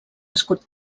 escut